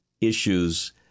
issues